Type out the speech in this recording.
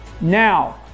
Now